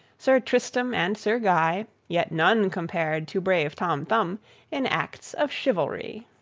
sir tristram and sir guy, yet none compared to brave tom thumb in acts of chivalry.